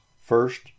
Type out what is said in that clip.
First